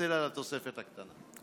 מתנצל על התוספת הקטנה.